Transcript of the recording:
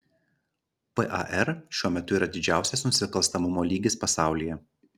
par šiuo metu yra didžiausias nusikalstamumo lygis pasaulyje